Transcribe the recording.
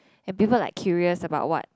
and people like curious about what